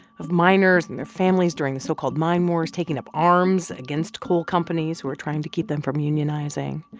of miners and their families during the so-called mine wars taking up arms against coal companies who were trying to keep them from unionizing,